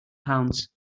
pounds